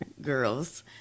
girls